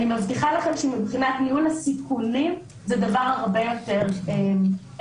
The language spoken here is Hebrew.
אני מבטיחה לכם שמבחינת ניהול הסיכונים זה דבר הרבה יותר יעיל.